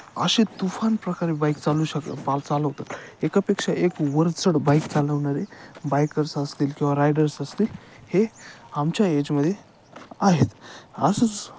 असे तुफान प्रकारे बाईक चालवू शकत पार चालवतात एकापेक्षा एक वरचढ बाईक चालवणारे बायकर्स असतील किंवा रायडर्स असतील हे आमच्या एजमध्ये आहेत असंच